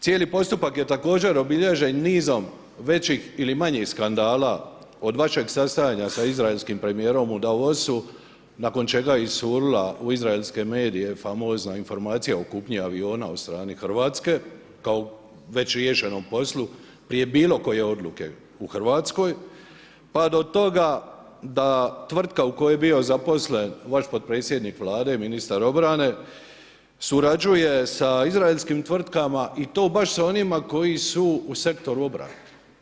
Cijeli postupak je također obilježen nizom većih ili manjih skandala od vašeg sastajanja sa izraelskim premijerom u Davosu nakon čega je iscurila u izraelske medije famozna informacija o kupnji aviona od strane Hrvatske kao već riješenom poslu prije bilo koje odluke u Hrvatskoj pa do toga da tvrtka u kojoj je bio zaposlen vaš potpredsjednik Vlade, ministar obrane surađuje sa izraelskim tvrtkama i to baš sa onima koji su u sektoru obrane.